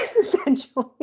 essentially